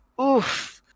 Oof